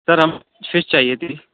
سر ہم فش چاہیے تھی